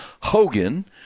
HOGAN